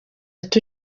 ati